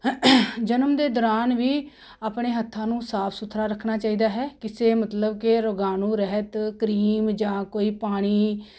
ਜਨਮ ਦੇ ਦੌਰਾਨ ਵੀ ਆਪਣੇ ਹੱਥਾਂ ਨੂੰ ਸਾਫ ਸੁਥਰਾ ਰੱਖਣਾ ਚਾਹੀਦਾ ਹੈ ਕਿਸੇ ਮਤਲਬ ਕਿ ਰੋਗਾਣੂ ਰਹਿਤ ਕਰੀਮ ਜਾਂ ਕੋਈ ਪਾਣੀ